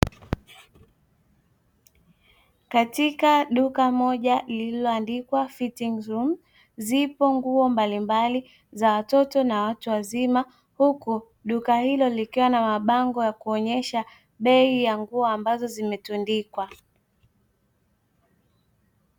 Katika duka moja lililoandikwa “fitting zoom”zipo nguo mbalimbali za watoto na watu wazima, huku duka hilo likiwa na ma bango ya kuonyesha bei ya nguo ambazo zimetundikwa.